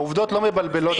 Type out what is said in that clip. העובדות לא מבלבלות אותו.